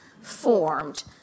formed